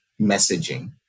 messaging